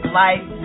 life